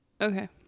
Okay